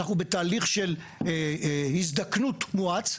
אנחנו בתהליך של הזדקנות מואץ.